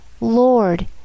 Lord